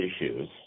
issues